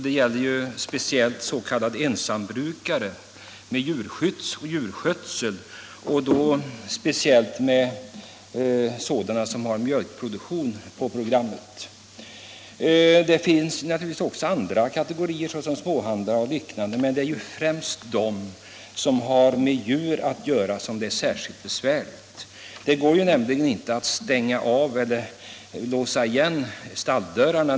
Det gäller framför allt s.k. ensambrukare med djurskötsel, och alldeles speciellt sådana som har mjölkproduktion på programmet. Det finns naturligtvis också andra kategorier — småhandlare och liknande — som får problem i det här hänseendet, men det är särskilda svårigheter för dem som har med djur att göra.